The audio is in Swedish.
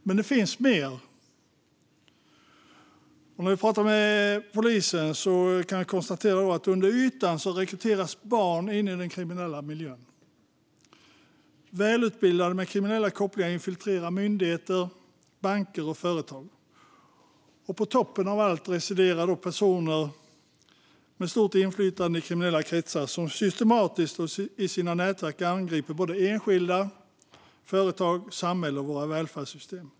Men det finns mer under ytan. Om vi pratar med polisen kan vi konstatera att barn rekryteras in i den kriminella miljön och att välutbildade med kriminella kopplingar infiltrerar myndigheter, banker och företag. På toppen av allt residerar personer med stort inflytande i kriminella kretsar, som systematiskt med sina nätverk angriper enskilda, företag, samhället och våra välfärdssystem.